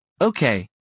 Okay